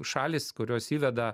šalys kurios įveda